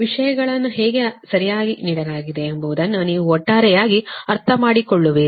ವಿಷಯಗಳನ್ನು ಹೇಗೆ ಸರಿಯಾಗಿ ನೀಡಲಾಗಿದೆ ಎಂಬುದನ್ನು ನೀವು ಒಟ್ಟಾರೆಯಾಗಿ ಅರ್ಥಮಾಡಿಕೊಳ್ಳುವಿರಿ